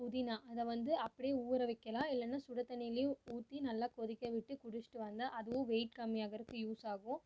புதினா அதை வந்து அப்படியே ஊற வைக்கலாம் இல்லைனா சுடு தண்ணிலயும் ஊற்றி நல்லா கொதிக்க விட்டு குடிச்சிகிட்டு வந்தால் அதுவும் வெயிட் கம்மி ஆகுறதுக்கு யூஸ் ஆகும்